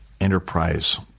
enterprise